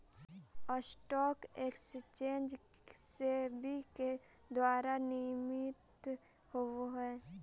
stock exchange SEBI के द्वारा विनियमित होवऽ हइ